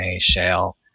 shale